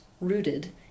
rooted